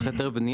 צריך היתר בנייה,